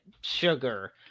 sugar